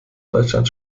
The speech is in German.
deutschland